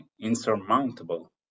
insurmountable